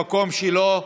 שישב במקום שלו.